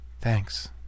Thanks